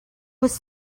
was